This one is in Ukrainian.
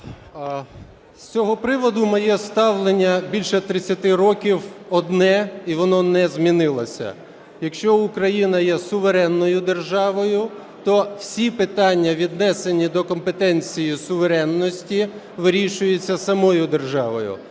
З цього приводу моє ставлення більше 30 років одне і воно не змінилося. Якщо Україна є суверенною державою, то всі питання, віднесені до компетенції суверенності, вирішуються самою державою.